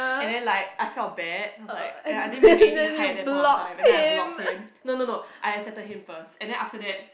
and then like I felt bad then I was like and I didn't even have anything to hide at that point of time and then I blocked him no no no I accepted him first and then after that